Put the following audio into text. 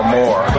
more